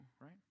right